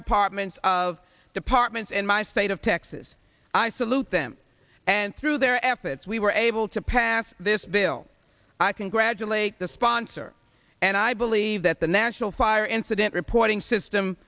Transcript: departments of departments in my state of texas i salute them and through their efforts we were able to pass this bill i congratulate the sponsor and i believe that the national fire incident reporting system